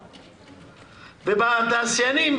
ובתעשיינים,